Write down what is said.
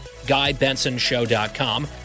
GuyBensonShow.com